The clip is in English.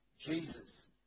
Jesus